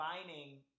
combining